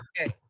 Okay